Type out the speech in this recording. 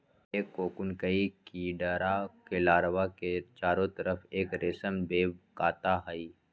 एक कोकून कई कीडड़ा के लार्वा के चारो तरफ़ एक रेशम वेब काता हई